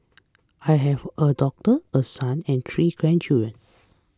I have a daughter a son and three grandchildren